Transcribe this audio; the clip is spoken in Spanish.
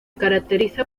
caracteriza